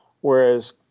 whereas